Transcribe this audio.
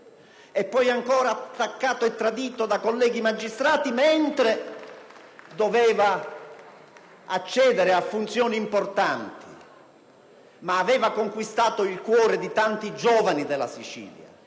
e poi ancora attaccato e tradito da colleghi magistrati mentre doveva accedere a funzioni importanti *(Applausi dal Gruppo PdL)*. Ma aveva conquistato il cuore di tanti giovani della Sicilia.